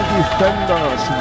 Defenders